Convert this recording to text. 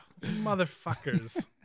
motherfuckers